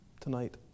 tonight